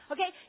Okay